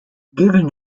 given